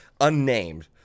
unnamed